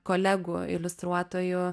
kolegų iliustruotojų